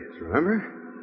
remember